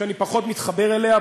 שאני פחות מתחבר אליה,